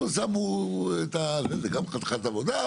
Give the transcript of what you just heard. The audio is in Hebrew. זה גם חתיכת עבודה,